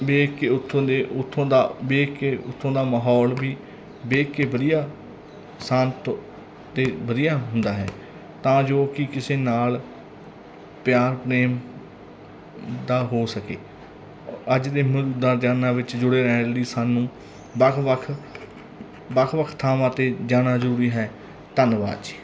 ਦੇਖ ਕੇ ਉਥੋਂ ਦੇ ਉਥੋਂ ਦਾ ਵੇਖ ਕੇ ਉਥੋਂ ਦਾ ਮਾਹੌਲ ਵੀ ਵੇਖ ਕੇ ਵਧੀਆ ਸ਼ਾਂਤ ਅਤੇ ਵਧੀਆ ਹੁੰਦਾ ਹੈ ਤਾਂ ਜੋ ਕਿ ਕਿਸੇ ਨਾਲ ਪਿਆਰ ਪ੍ਰੇਮ ਦਾ ਹੋ ਸਕੇ ਅੱਜ ਦੇ ਮ ਰੁਝਾਨਾਂ ਵਿੱਚ ਜੁੜੇ ਰਹਿਣ ਲਈ ਸਾਨੂੰ ਵੱਖ ਵੱਖ ਵੱਖ ਵੱਖ ਥਾਵਾਂ 'ਤੇ ਜਾਣਾ ਜ਼ਰੂਰੀ ਹੈ ਧੰਨਵਾਦ ਜੀ